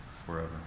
Forever